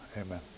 amen